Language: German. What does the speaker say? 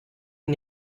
ihn